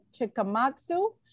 Chikamatsu